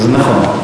זה נכון.